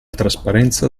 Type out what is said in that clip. trasparenza